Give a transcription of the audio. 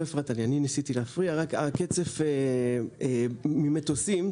הקצף ממטוסים,